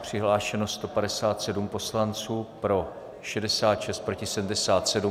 Přihlášeno 157 poslanců, pro 66, proti 77.